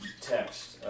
text